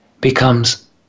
becomes